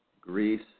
Greece